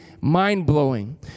mind-blowing